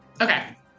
Okay